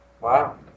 Wow